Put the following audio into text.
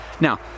Now